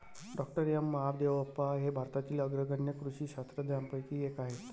डॉ M Mahadevappa हे भारतातील अग्रगण्य कृषी शास्त्रज्ञांपैकी एक आहेत